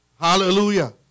Hallelujah